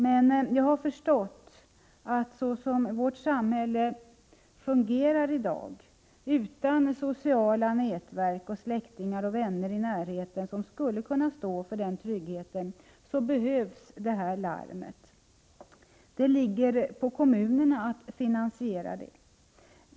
Men jag har förstått att så som vårt samhälle fungerar i dag, utan sociala nätverk, släktingar och vänner i närheten som skulle kunna stå för den tryggheten, behövs detta larm. Det ligger på kommunerna att finansiera det.